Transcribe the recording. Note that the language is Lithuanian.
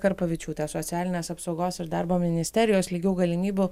karpavičiūte socialinės apsaugos ir darbo ministerijos lygių galimybių